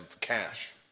cash